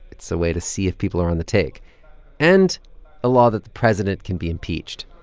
it's a way to see if people are on the take and a law that the president can be impeached.